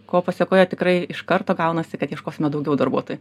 kol pasekoje tikrai iš karto gaunasi kad ieškosime daugiau darbuotojų